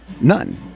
None